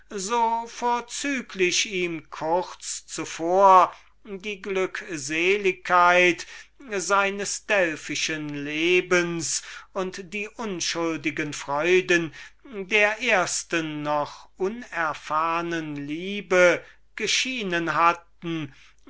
ihm kurz zuvor die glückseligkeit seines delphischen lebens und die unschuldigen freuden der ersten noch unerfahrnen liebe geschienen hatten